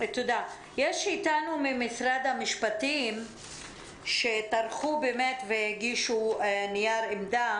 יש אתנו ממשרד המשפטים שטרחו והגישו נייר עמדה.